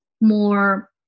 more